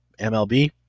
MLB